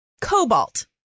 cobalt